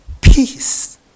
peace